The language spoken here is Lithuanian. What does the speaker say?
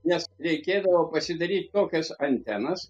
nes reikėdavo pasidaryt tokias antenas